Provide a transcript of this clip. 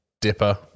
dipper